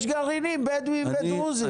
יש גרעינים בדואים ודרוזים.